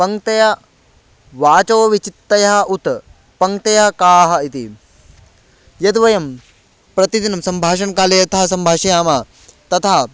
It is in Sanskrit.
पङ्क्तया वाचो विचित्तया उत् पङ्क्तयः काः इति यद्वयं प्रतिदिनं सम्भाषणकाले यथा सम्भाषयामः तथा